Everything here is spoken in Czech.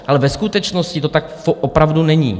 Ale ve skutečnosti to tak opravdu není.